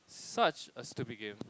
such a stupid game